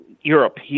Europe